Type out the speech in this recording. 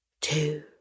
two